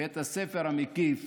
מבית הספר המקיף